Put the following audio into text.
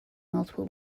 multiple